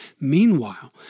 Meanwhile